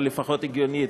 אבל לפחות "הגיוני",